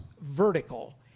vertical